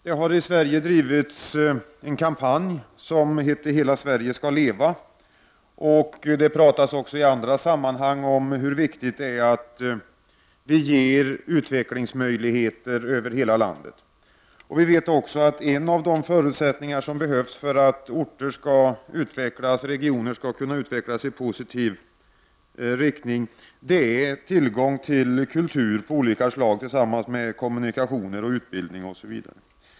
Det har i Sverige drivits en kampanj som heter Hela Sverige skall leva, och det talas också i andra sammanhang om hur viktigt det är att hela landet får utvecklingsmöjligheter. Vi vet också att en av de förutsättningar som behövs för att orter och regioner skall kunna utvecklas i positiv riktning är tillgång till kultur av olika slag tillsammans med kommunikationer, utbildning osv.